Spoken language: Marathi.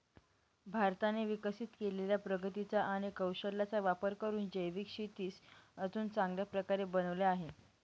भारताने विकसित केलेल्या प्रगतीचा आणि कौशल्याचा वापर करून जैविक शेतीस अजून चांगल्या प्रकारे बनवले आहे